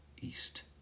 East